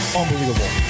unbelievable